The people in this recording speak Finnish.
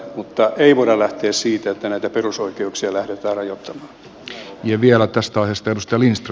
mutta ei voida lähteä siitä että näitä perusoikeuksia lähdetään rajoittamaan